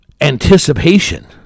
anticipation